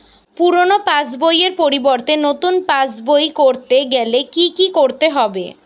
পুরানো পাশবইয়ের পরিবর্তে নতুন পাশবই ক রতে গেলে কি কি করতে হবে?